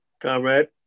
comrade